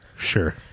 sure